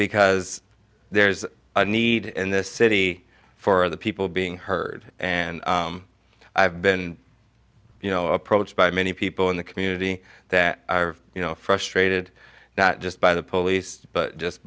because there's a need in this city for the people being heard and i've been you know approached by many people in the community that you know frustrated not just by the police but just